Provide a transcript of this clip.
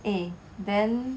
eh then